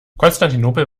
konstantinopel